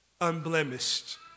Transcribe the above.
unblemished